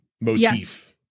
motif